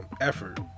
effort